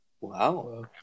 Wow